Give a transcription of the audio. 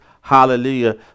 hallelujah